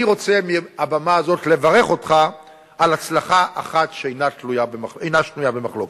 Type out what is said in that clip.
אני רוצה מהבמה הזאת לברך אותך על הצלחה אחת שאינה שנויה במחלוקת.